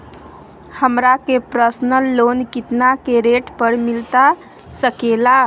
हमरा के personal loan कितना के रेट पर मिलता सके ला?